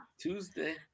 Tuesday